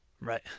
Right